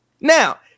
Now